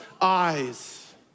eyes